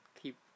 keep